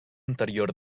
anterior